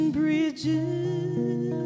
bridges